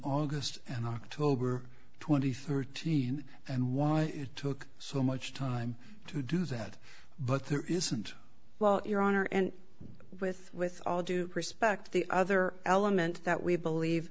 august and october twenty third teen and why it took so much time to do that but there isn't well your honor and with with all due respect the other element that we believe